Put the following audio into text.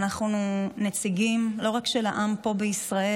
ואנחנו נציגים לא רק של העם פה בישראל,